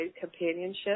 companionship